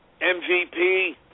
MVP